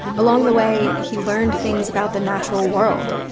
along the way, he learned things about the natural world,